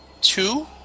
two